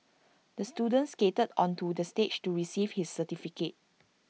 the student skated onto the stage to receive his certificate